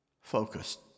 focused